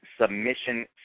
submission